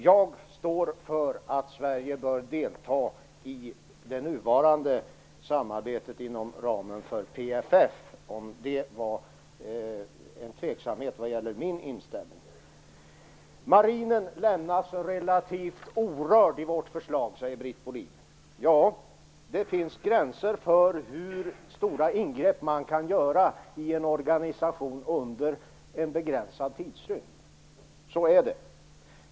Jag står för att Sverige bör delta i det nuvarande samarbetet inom ramen för PFF, om det fanns någon tveksamhet vad gäller min inställning. Marinen lämnas relativt orörd i vårt förslag, säger Britt Bohlin. Det finns gränser för hur stora ingrepp man kan göra i en organisation under en begränsad tidsrymd. Så är det.